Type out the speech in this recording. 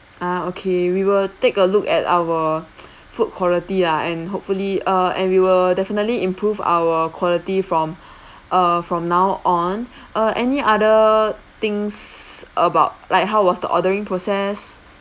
ah okay we will take a look at our food quality lah and hopefully uh and we will definitely improve our quality from err from now on err any other things about like how was the ordering process